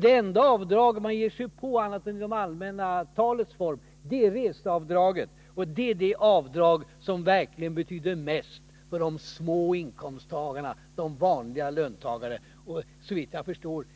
Det enda avdrag man ger sig på annat än i det allmänna talets form är reseavdraget, och det är det avdrag som verkligen betyder mest för de små inkomsttagarna, de vanliga löntagarna. Såvitt jag förstår